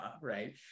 Right